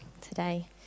today